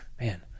man